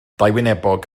dauwynebog